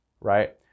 right